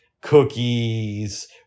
cookies